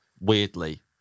weirdly